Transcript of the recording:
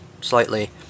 slightly